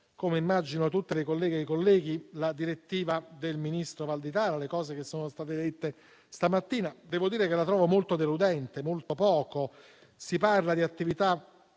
come immagino tutte le colleghe e i colleghi - la direttiva del ministro Valditara e ho sentito le cose che sono state dette stamattina. Devo dire che la trovo molto deludente. È molto poco. Si parla di attività